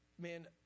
man